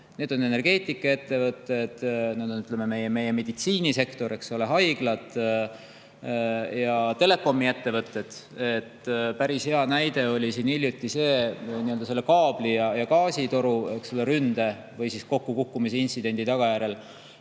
Need on energeetikaettevõtted, meie meditsiinisektor, eks ole, haiglad ja telekomiettevõtted. Päris hea näide oli siin hiljuti. Kaabli ja gaasitoru ründe või kokkukukkumise intsidendi tagajärjel